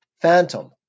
phantom